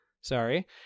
Sorry